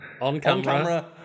On-camera